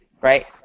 right